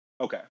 Okay